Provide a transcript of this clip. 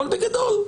אבל בגדול,